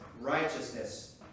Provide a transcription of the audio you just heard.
righteousness